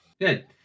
Good